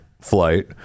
flight